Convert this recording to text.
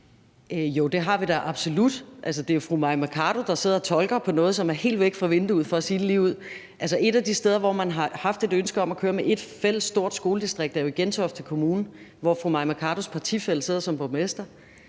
det har vi da absolut. Det er jo fru Mai Mercado, der står og tolker på noget, som er helt væk fra vinduet, for at sige det lige ud. Altså, et af de steder, hvor man har haft et ønske om at køre med ét stort fælles skoledistrikt, er jo Gentofte Kommune, hvor fru Mai Mercados partifælle sidder som borgmester.